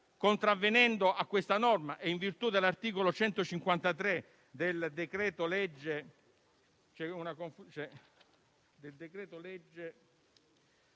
contravvenendo a questa norma e in virtù dell'articolo 153 del decreto-legge